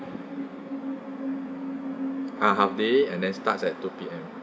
ah half day and then starts at two P_M